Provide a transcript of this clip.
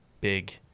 big